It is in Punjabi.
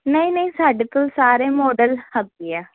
ਨਹੀਂ ਨਹੀਂ ਸਾਡੇ ਕੋਲ ਸਾਰੇ ਮਾਡਲ ਹੈਗੇ ਆ